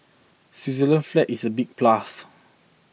Switzerland flag is a big plus